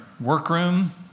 workroom